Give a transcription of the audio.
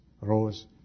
rose